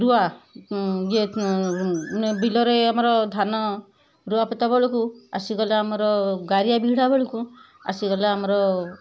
ରୁଆ ଇଏ ବିଲରେ ଆମର ଧାନ ରୁଆ ପୋତା ବେଳକୁ ଆସିଗଲେ ଆମର ଗାରିଆ ଭିଡ଼ା ବେଳକୁ ଆସିଗଲେ ଆମର